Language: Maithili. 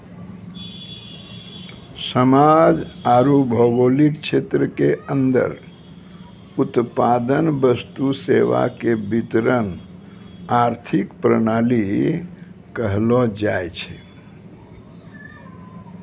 समाज आरू भौगोलिक क्षेत्र के अन्दर उत्पादन वस्तु सेवा के वितरण आर्थिक प्रणाली कहलो जायछै